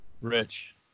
Rich